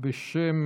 בשם